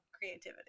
creativity